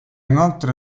inoltre